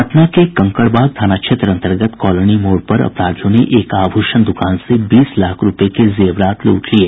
पटना के कंकड़बाग थाना क्षेत्र अन्तर्गत कॉलोनी मोड़ पर अपराधियों ने एक आभूषण दुकान से बीस लाख रूपये के जेवरात लूट लिये